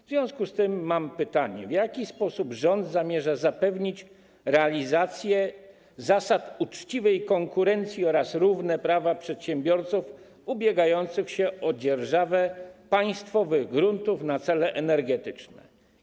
W związku z tym mamy pytanie: W jaki sposób rząd zamierza zapewnić realizację zasad uczciwej konkurencji oraz równe prawa przedsiębiorców ubiegających się o dzierżawę państwowych gruntów na cele energetyczne?